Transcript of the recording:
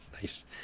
Nice